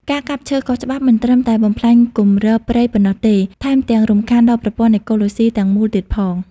ការកាប់ឈើខុសច្បាប់មិនត្រឹមតែបំផ្លាញគម្របព្រៃប៉ុណ្ណោះទេ ថែមទាំងរំខានដល់ប្រព័ន្ធអេកូឡូស៊ីទាំងមូលទៀតផង។